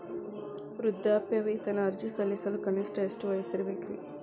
ವೃದ್ಧಾಪ್ಯವೇತನ ಅರ್ಜಿ ಸಲ್ಲಿಸಲು ಕನಿಷ್ಟ ಎಷ್ಟು ವಯಸ್ಸಿರಬೇಕ್ರಿ?